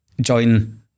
join